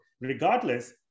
Regardless